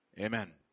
Amen